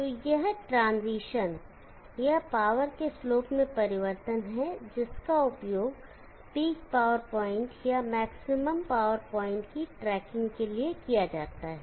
तो यह ट्रांजिशन यह पावर के स्लोप में परिवर्तन है जिसका उपयोग पीक पावर पॉइंट या मैक्सिमम पावर पॉइंट की ट्रैकिंग के लिए किया जाता है